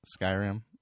skyrim